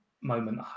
moment